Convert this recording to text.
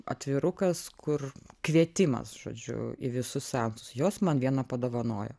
atvirukas kur kvietimas žodžiu į visus seansus jos man vieną padovanojo